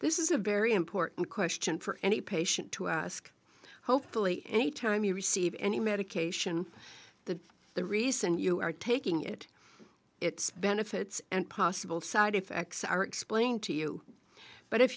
this is a very important question for any patient to ask hopefully any time you receive any medication the the reason you are taking it its benefits and possible side effects are explained to you but if